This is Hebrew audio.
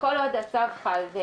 כל עוד הצו חל.